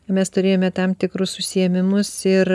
mes turėjome tam tikrus užsiėmimus ir